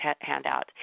handout